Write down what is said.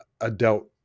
adult